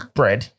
bread